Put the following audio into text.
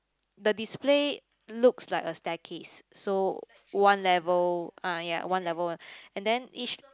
the display looks like a staircase so one level ah ya one level one and then each